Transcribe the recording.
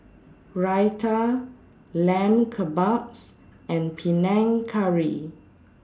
Raita Lamb Kebabs and Panang Curry